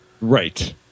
Right